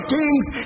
kings